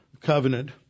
covenant